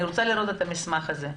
אני רוצה לראות את המסמך הזה,